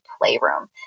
playroom